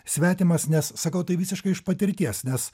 svetimas nes sakau tai visiškai iš patirties nes